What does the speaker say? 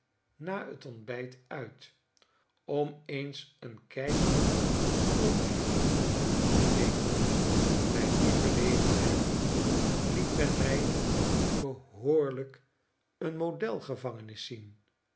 na j t ontbijt uit om eens een kijkje om me heen te schetsen uit amerika nemen bij die gelegenheid liet men mi behooriyk eon modelgevangenis zien